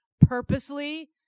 purposely